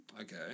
okay